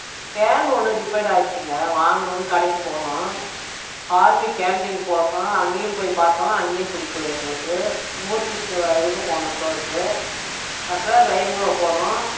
fan ஒன்று repair ஆகிடிச்சிங்க வாங்கனுனு கடைக்கு போனோம் ஆர்மி கேன்டீன் பார்த்தோம் அங்கேயும் போய் பார்த்தோம் அங்கேயும் பிடிக்கில எங்களுக்கு மூர்த்தி இதுக்கு போனோம் ஸ்டோருக்கு அப்றம் ரெயின்போ போனோம்